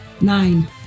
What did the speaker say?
nine